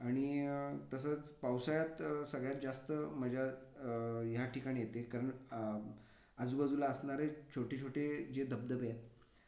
आणि तसंच पावसाळ्यात सगळ्यात जास्त मजा ह्या ठिकाणी येते कारण आजूबाजूला असणारे छोटे छोटे जे धबधबे आहेत